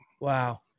Wow